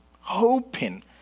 hoping